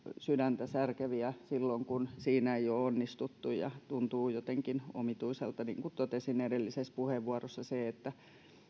sydäntä särkeviä silloin kun siinä ei ole onnistuttu ja tuntuu jotenkin omituiselta niin kuin totesin edellisessä puheenvuorossa että